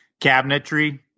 cabinetry